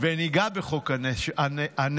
וניגע בחוק הנכד,